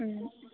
ம்